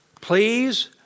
Please